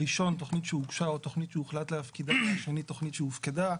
הראשון תכנית שהוגשה או תכנית שהוחלט להפקידה והשני תכנית שהופקדה.